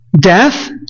death